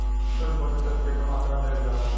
सूक्ष्म पोषक तत्व के कम मात्रा में दिहल जाला